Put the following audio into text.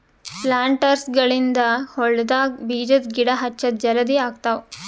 ಪ್ಲಾಂಟರ್ಸ್ಗ ಗಳಿಂದ್ ಹೊಲ್ಡಾಗ್ ಬೀಜದ ಗಿಡ ಹಚ್ಚದ್ ಜಲದಿ ಆಗ್ತಾವ್